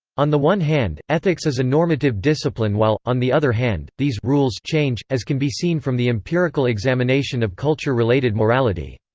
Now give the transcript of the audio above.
on the one hand, ethics is a normative discipline while, on the other hand, these rules change, as can be seen from the empirical examination of culture-related morality.